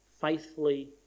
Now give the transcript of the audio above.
faithfully